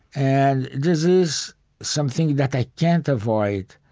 and this is something that i can't avoid.